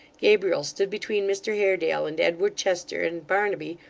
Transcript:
gabriel stood between mr haredale and edward chester, and barnaby,